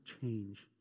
change